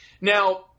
Now